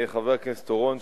חבר הכנסת אורון,